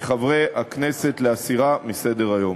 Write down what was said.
מחברי הכנסת להסירה מסדר-היום.